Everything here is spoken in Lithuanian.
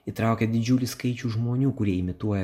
įtraukia didžiulį skaičių žmonių kurie imituoja